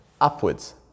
upwards